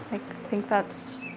think that's